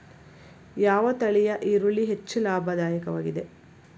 ಯಾವ ತಳಿಯ ಈರುಳ್ಳಿ ಹೆಚ್ಚು ಲಾಭದಾಯಕವಾಗಿದೆ?